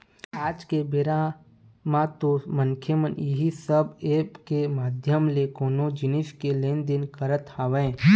आज के बेरा म तो मनखे मन ह इही सब ऐप मन के माधियम ले कोनो जिनिस के लेन देन करत हवय